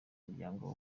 muryango